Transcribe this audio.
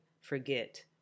forget